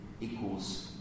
equals